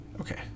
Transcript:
Okay